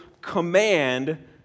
command